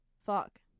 fuck